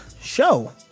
show